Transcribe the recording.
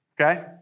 okay